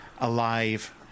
alive